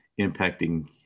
impacting